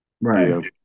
Right